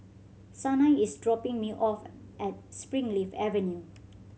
Sanai is dropping me off at Springleaf Avenue